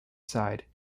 side